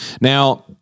Now